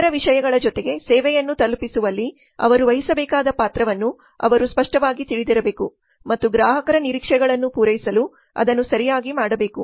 ಇತರ ವಿಷಯಗಳ ಜೊತೆಗೆ ಸೇವೆಯನ್ನು ತಲುಪಿಸುವಲ್ಲಿ ಅವರು ವಹಿಸಬೇಕಾದ ಪಾತ್ರವನ್ನು ಅವರು ಸ್ಪಷ್ಟವಾಗಿ ತಿಳಿದಿರಬೇಕು ಮತ್ತು ಗ್ರಾಹಕರ ನಿರೀಕ್ಷೆಗಳನ್ನು ಪೂರೈಸಲು ಅದನ್ನು ಸರಿಯಾಗಿ ಮಾಡಬೇಕು